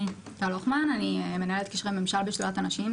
אני מנהלת קשרי ממשל בשדולת הנשים.